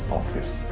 office